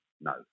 no